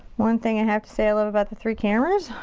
one thing i have to say i love about the three cameras.